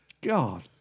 God